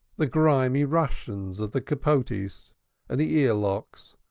the grimy russians of the capotes and the earlocks,